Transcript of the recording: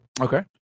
Okay